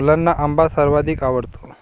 मुलांना आंबा सर्वाधिक आवडतो